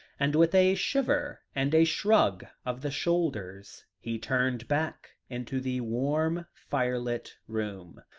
and, with a shiver and a shrug of the shoulders, he turned back into the warm fire-lit room.